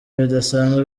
bidasanzwe